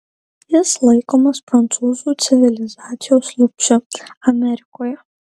jis laikomas prancūzų civilizacijos lopšiu amerikoje